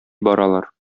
баралар